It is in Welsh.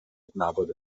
adnabod